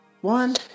one